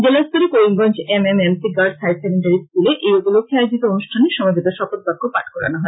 জেলা স্তরে Karimganj M M C girls higher secondary স্কুলে এ উপলক্ষে আয়োজিত অনুষ্ঠানে সমবেত শপথ বাক্য পাঠ করানো হয়